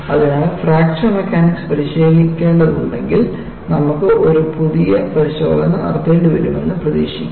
അതിനാൽ fracture mechanics പരിശീലിക്കേണ്ടതുണ്ടെങ്കിൽ നമുക്ക് ഒരു പുതിയ പരിശോധന നടത്തേണ്ടിവരുമെന്ന് പ്രതീക്ഷിക്കുക